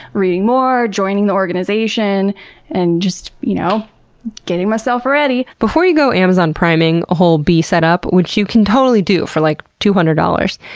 reading more, joining the organization and just you know getting myself ready. before you go amazon priming a whole bee set up, which you can totally do for like two hundred dollars,